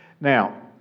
Now